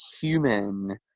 human